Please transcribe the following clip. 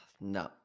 no